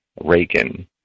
Reagan